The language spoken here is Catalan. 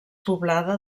poblada